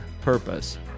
purpose